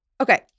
Okay